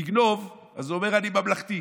לגנוב, אז הוא אומר: אני ממלכתי,